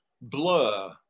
Blur